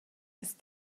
ist